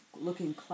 looking